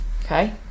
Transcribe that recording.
Okay